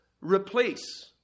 replace